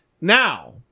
Now